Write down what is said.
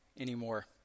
anymore